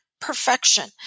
Perfection